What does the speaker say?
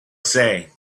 say